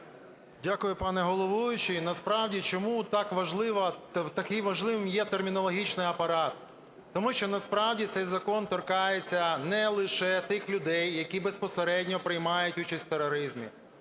Дякую, пане головуючий. Насправді чому таким важливим є термінологічний апарат. Тому що насправді цей закон торкається не лише тих людей, які безпосередньо приймають участь в тероризмі.